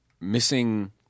missing